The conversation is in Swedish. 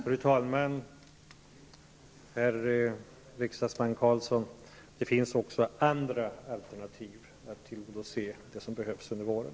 Fru talman! Herr riksdagsman Carlsson, det finns också andra alternativ att tillgodose det som behövs under våren.